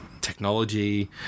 technology